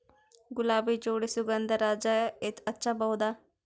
ಗುಲಾಬಿ ಜೋಡಿ ಸುಗಂಧರಾಜ ಹಚ್ಬಬಹುದ?